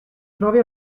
trovi